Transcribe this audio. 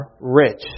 rich